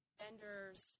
vendors